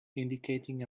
indicating